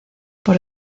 por